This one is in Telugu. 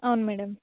అవును మేడం